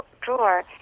drawer